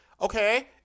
okay